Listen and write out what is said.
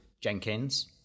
Jenkins